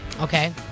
Okay